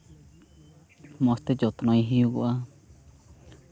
ᱢᱚᱡᱽ ᱛᱮ ᱡᱚᱛᱱᱚᱭ ᱦᱩᱭᱩᱜᱚᱜᱼᱟ